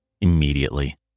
immediately